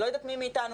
לא יודעת מי מאיתנו,